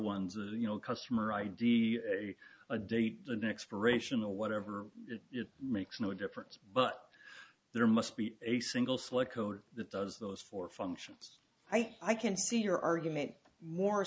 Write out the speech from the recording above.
that you know a customer id a date an expiration or whatever it makes no difference but there must be a single select code that does those for functions i can see your argument more